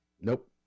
Nope